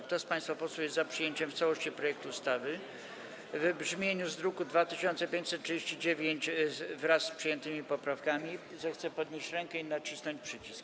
Kto z państwa posłów jest za przyjęciem w całości projektu ustawy w brzmieniu z druku nr 2539, wraz z przyjętymi poprawkami, zechce podnieść rękę i nacisnąć przycisk.